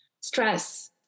stress